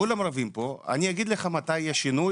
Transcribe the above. כולם רבים פה, אני אגיד לך מתי יהיה שינוי,